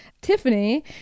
Tiffany